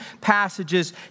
passages